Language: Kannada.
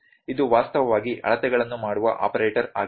ಇದು ವಾಸ್ತವವಾಗಿ ಅಳತೆಗಳನ್ನು ಮಾಡುವ ಆಪರೇಟರ್ ಆಗಿದ್ದಾರೆ